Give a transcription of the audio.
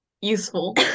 useful